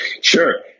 Sure